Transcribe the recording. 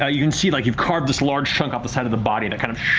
yeah you can see like you've carved this large chunk off the side of the body and kind of